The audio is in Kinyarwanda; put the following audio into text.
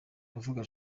ndavuga